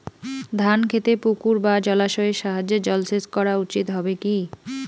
ধান খেতে পুকুর বা জলাশয়ের সাহায্যে জলসেচ করা উচিৎ হবে কি?